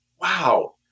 wow